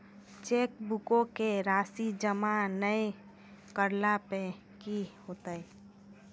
चेकबुको के राशि जमा नै करला पे कि होतै?